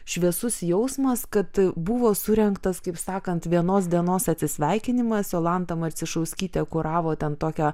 šviesus jausmas kad buvo surengtas kaip sakant vienos dienos atsisveikinimas jolanta marcišauskytė kuravo ten tokią